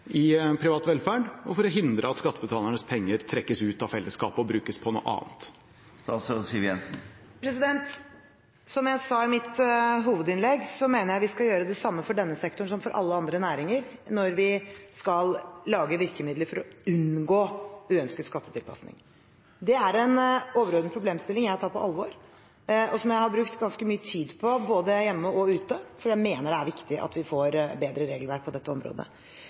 i privat velferd og for å hindre at skattebetalernes penger trekkes ut av fellesskapet og brukes på noe annet. Som jeg sa i mitt hovedinnlegg, mener jeg vi skal gjøre det samme for denne sektoren som for alle andre næringer når vi skal lage virkemidler for å unngå uønsket skattetilpasning. Det er en overordnet problemstilling jeg tar på alvor, og som jeg har brukt ganske mye tid på både hjemme og ute, for jeg mener det er viktig at vi får bedre regelverk på dette området.